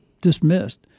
dismissed